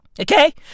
Okay